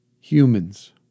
Humans